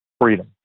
Freedom